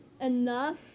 enough